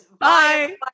Bye